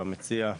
המציע.